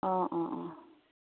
অঁ অঁ অঁ